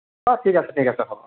ঠিক আছে ঠিক আছে হ'ব হ'ব